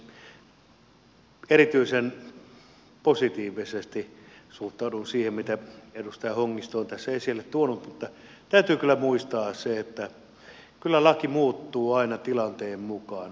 erityisen positiivisesti suhtaudun siihen mitä edustaja hongisto on tässä esille tuonut mutta täytyy kyllä muistaa se että kyllä laki muuttuu aina tilanteen mukaan